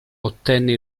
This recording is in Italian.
ottenne